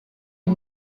une